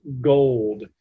gold